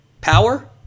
power